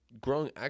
growing